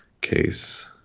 case